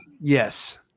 Yes